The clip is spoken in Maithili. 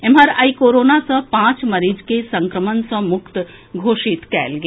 एम्हर आइ कोरोनाक सँ पांच मरीज के संक्रमण सँ मुक्त घोषित कएल गेल